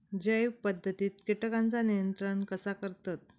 जैव पध्दतीत किटकांचा नियंत्रण कसा करतत?